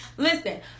listen